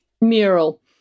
mural